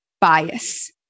bias